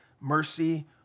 mercy